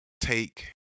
take